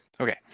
Okay